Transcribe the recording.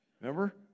Remember